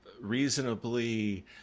reasonably